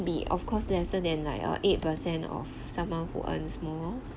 be of course lesser than like err eight percent of some one who earns more